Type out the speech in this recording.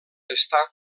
està